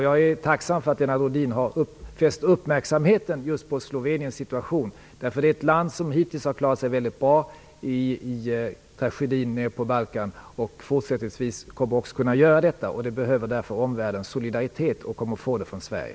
Jag är tacksam för att Lennart Rohdin har fäst uppmärksamheten just på Sloveniens situation. Det är nämligen ett land som hittills har klarat sig mycket bra i tragedin nere på Balkan och som också kommer att kunna göra det fortsättningsvis. Slovenien behöver därför omvärldens solidaritet och kommer så att få från Sverige.